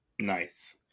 Nice